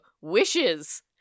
wishes